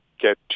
get